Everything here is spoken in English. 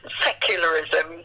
secularism